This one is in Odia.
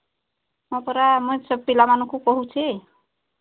ହଁ ପରା ଆମ ପିଲାମାନଙ୍କୁ କହୁଛି